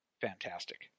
fantastic